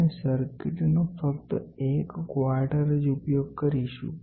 આપણે સર્કિટનો ફક્ત એક ક્વોર્ટર જ ઉપયોગ કરીશું